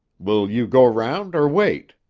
will you go round or wait?